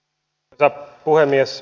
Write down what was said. arvoisa puhemies